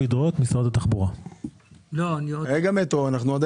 אנחנו עוד